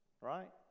right